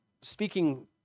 speaking